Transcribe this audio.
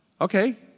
Okay